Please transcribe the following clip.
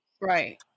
right